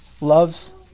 loves